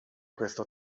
questo